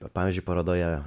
pavyzdžiui parodoje